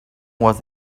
was